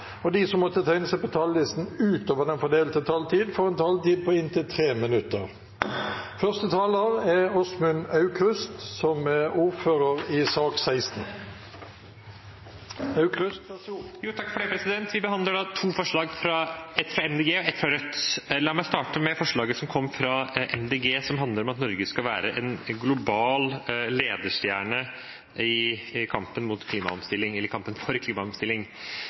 og de som måtte tegne seg på talerlisten utover den fordelte taletid, får også en taletid på inntil 3 minutter. Vi behandler to Dokument 8-forslag, et fra MDG og et fra Rødt. La meg starte med forslaget som kommer fra MDG, som handler om at Norge skal være en global ledestjerne i kampen for klimaomstilling.